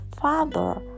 Father